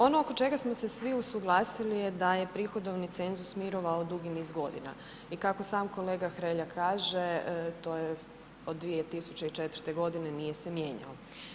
Ono oko čega smo se svi usuglasili je da je prihodovni cenzus mirovao dugi niz godina i kako sam kolega Hrelja kaže, to je od 2004. g. nije se mijenjao.